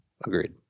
Agreed